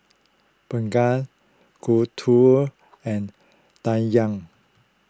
Bhagat Gouthu and Dhyan